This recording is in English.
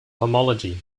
homology